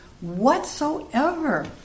whatsoever